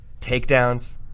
takedowns